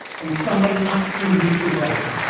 on someone asking me to write.